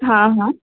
हां हां